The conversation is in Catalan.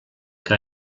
que